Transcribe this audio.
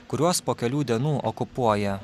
kuriuos po kelių dienų okupuoja